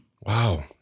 Wow